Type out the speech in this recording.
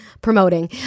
promoting